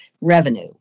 revenue